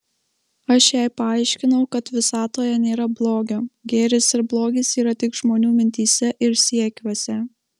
aš jai paaiškinau kad visatoje nėra blogio gėris ir blogis yra tik žmonių mintyse ir siekiuose